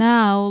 Now